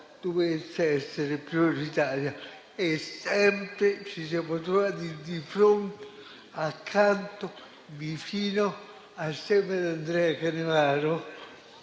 dovesse essere prioritaria; e sempre ci siamo trovati di fronte, accanto, vicino, assieme ad Andrea Canevaro,